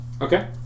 Okay